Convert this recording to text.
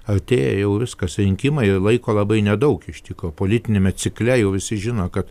artėja jau viskas rinkimai ir laiko labai nedaug iš tikro politiniame cikle jau visi žino kad